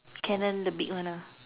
Canon the big one ah